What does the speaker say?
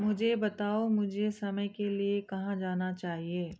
मुझे बताओ मुझे समय के लिए कहाँ जाना चाहिए